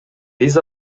биз